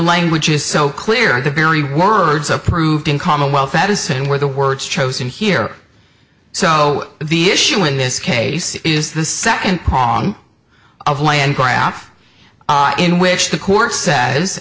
language is so clear and the very words approved in commonwealth edison were the words chosen here so the issue in this case is the second prong of land graph in which the court says